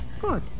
Good